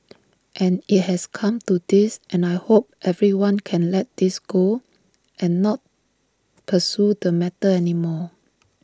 and IT has come to this and I hope everyone can let this go and not pursue the matter anymore